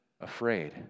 afraid